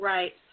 Right